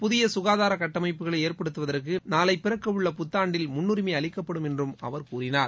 புதிய சுகாதார கட்டமைப்புகளை ஏற்படுத்துவதற்கு நாளை பிறக்கவுள்ள புத்தாண்டில் முன்னுிமை அளிக்கப்படும் என்றும் அவர் கூறினார்